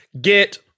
get